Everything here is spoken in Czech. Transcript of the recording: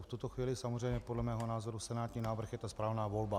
V tuto chvíli samozřejmě podle mého názoru senátní návrh je ta správná volba.